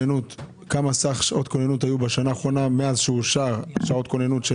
וכמה סך שעות כוננות היו בשנה האחרונה מאז אושר שעות כוננות?